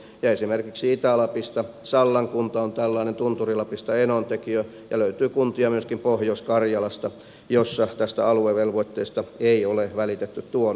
esimerkiksi itä lapista sallan kunta on tällainen tunturi lapista enontekiö ja myöskin pohjois karjalasta löytyy kuntia joissa tästä aluevelvoitteesta ei ole välitetty tuon taivaallista